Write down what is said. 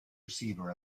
receiver